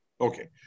Okay